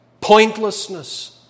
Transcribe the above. pointlessness